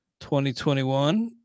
2021